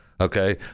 okay